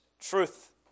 truth